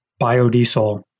biodiesel